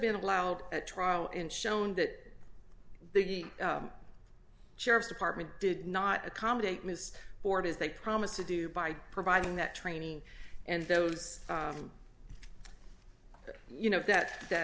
been allowed at trial and shown that big sheriff's department did not accommodate mr board as they promised to do by providing that training and those you know that that